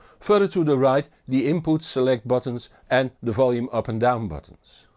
further to the right the input select buttons and the volume up and down buttons.